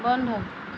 বন্ধ